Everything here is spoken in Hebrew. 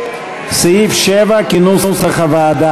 סעיף 7, כהצעת הוועדה,